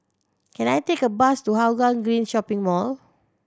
can I take a bus to Hougang Green Shopping Mall